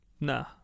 Nah